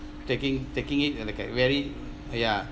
taking taking it in a like very ya